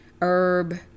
herb